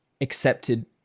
accepted